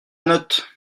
note